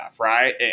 right